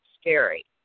scary